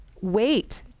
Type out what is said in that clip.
wait